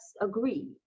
agree